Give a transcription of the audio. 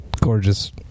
gorgeous